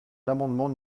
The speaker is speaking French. l’amendement